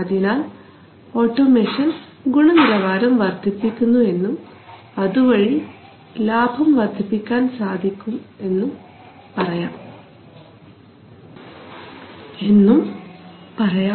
അതിനാൽ ഓട്ടോമേഷൻ ഗുണനിലവാരം വർദ്ധിപ്പിക്കുന്നു എന്നും അതുവഴി ലാഭം വർദ്ധിപ്പിക്കാൻ സാധിക്കും എന്നും പറയാം